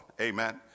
Amen